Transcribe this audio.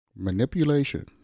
Manipulation